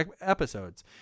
episodes